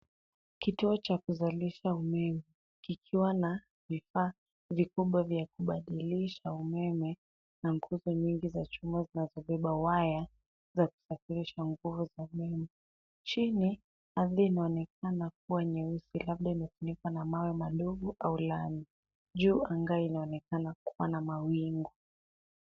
Kituo cha kuzalisha umeme, kikiwa na vifaa vikubwa vya kubadilisha umeme, na nguvu nyingi za chuma zinazobeba waya za kusafirisha nguvu za umeme. Chini, ardhi inaonekana kuwa nyeusi labda imefunikwa na mawe madogo au lami, juu anga inaonekana kuwa na mawingu.